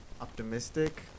Optimistic